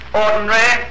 ordinary